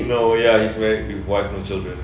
no ya he's married with wife and children